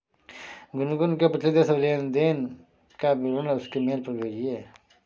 गुनगुन के पिछले दस लेनदेन का विवरण उसके मेल पर भेजिये